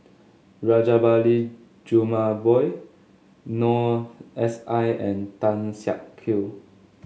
Rajabali Jumabhoy Noor S I and Tan Siak Kew